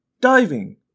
diving